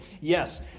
Yes